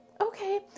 Okay